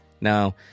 Now